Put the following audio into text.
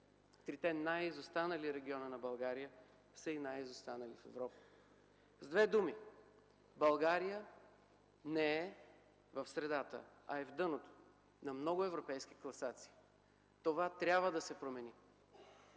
Трите най-изостанали региона на България са най-изостанали и в Европа. С две думи България не е в средата, а е на дъното на много европейски класации. Това трябва да се промени.